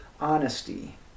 honesty